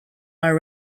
are